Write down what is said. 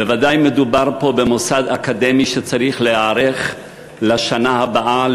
בוודאי מדובר פה במוסד אקדמי שצריך להיערך לשנה הבאה,